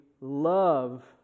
love